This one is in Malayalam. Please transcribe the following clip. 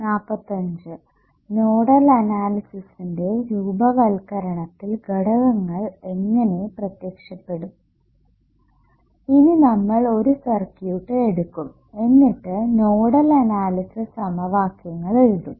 നോഡൽ അനാലിസിസിന്റെ രൂപവൽക്കരണത്തിൽ ഘടകങ്ങൾ എങ്ങനെ പ്രത്യക്ഷപ്പെടും ഇനി നമ്മൾ ഒരു സർക്യൂട്ട് എടുക്കും എന്നിട്ട് നോഡൽ അനാലിസിസ് സമവാക്യങ്ങൾ എടുക്കും